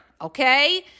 Okay